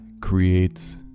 creates